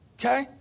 okay